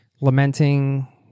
lamenting